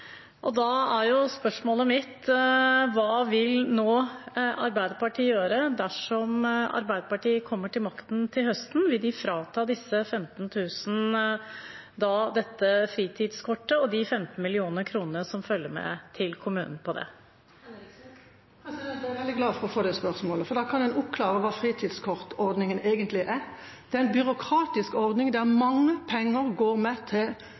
det. Da er spørsmålet mitt: Hva vil nå Arbeiderpartiet gjøre dersom Arbeiderpartiet kommer til makten til høsten – vil de frata disse 15 000 dette fritidskortet og de 15 mill. kr som følger med til kommunen til det? Jeg er veldig glad for å få det spørsmålet, for da kan en oppklare hva fritidskortordningen egentlig er. Det er en byråkratisk ordning der mange penger går med til